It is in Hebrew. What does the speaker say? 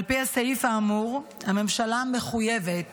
על פי הסעיף האמור הממשלה מחויבת